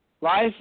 Life